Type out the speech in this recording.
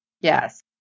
Yes